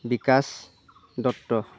Bikash Dutta